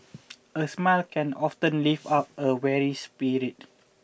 a smile can often lift up a weary spirit